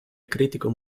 critico